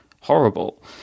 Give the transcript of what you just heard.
horrible